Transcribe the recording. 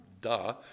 Duh